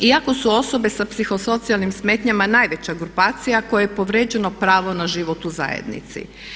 Iako su osobe sa psihosocijalnim smetnjama najveća grupacija kojoj je povrijeđeno pravo na život u zajednici.